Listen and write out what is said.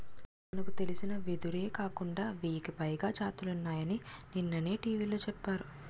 మనకు తెలిసిన వెదురే కాకుండా వెయ్యికి పైగా జాతులున్నాయని నిన్ననే టీ.వి లో చెప్పారు